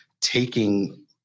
taking